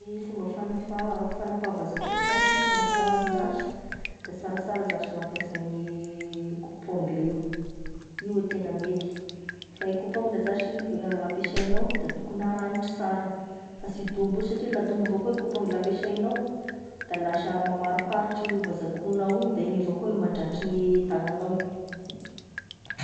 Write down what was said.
Gne fomba fanafa- fagnapaha vaza-koho zashy mba sy handratra, de sarasara zashy mampiasa gne coupe ongle io, io e tena mety, fa e coupe ongle zashy f- ampiasaigna de tokony haragnitry sara fa sy dombo io, satria la dombo avao koa e coupe ongle ampesainao, de lasa mamariparitry io vazan-kohonao igny, da igny avao koa mandratry nge tagnagnao.